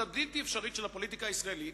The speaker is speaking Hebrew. הבלתי-אפשרית של הפוליטיקה הישראלית,